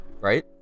right